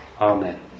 Amen